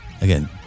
Again